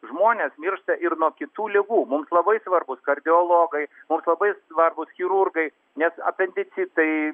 žmonės miršta ir nuo kitų ligų mums labai svarbūs kardiologai mums labai svarbūs chirurgai nes apendicitai